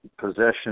possession